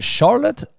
Charlotte